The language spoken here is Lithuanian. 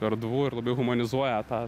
erdvu ir labiau humanizuoja tą